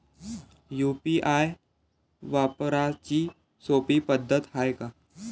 UPI वापराची सोपी पद्धत हाय का?